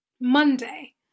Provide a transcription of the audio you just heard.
Monday